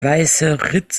weißeritz